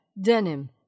denim